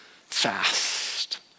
fast